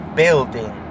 building